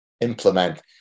implement